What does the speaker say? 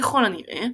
ככל הנראה,